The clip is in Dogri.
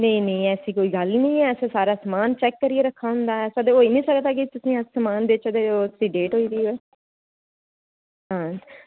नेईं नेईं ऐसी कोई गल्ल निं ऐ असें सारा समान चैक्क करियै रक्खे दा होंदा ऐसा होई निं सकदा कि अस तुसेंगी समान देचै ते ओह्दी डेट होई दी होऐ हां